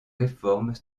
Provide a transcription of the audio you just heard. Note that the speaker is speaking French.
réformes